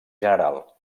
general